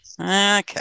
Okay